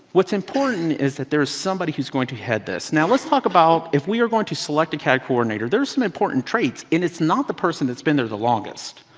what's important is that there is somebody who's going to head this. now let's talk about, if we are going to select a cad coordinator, there are some important traits. and it's not the person that's been there the longest.